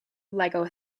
lego